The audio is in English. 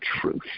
truth